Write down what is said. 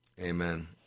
Amen